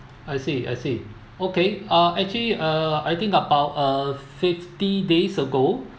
I see I see okay uh actually uh I think about uh fifty days ago